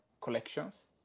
collections